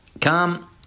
come